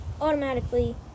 automatically